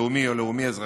לאומי או לאומי-אזרחי,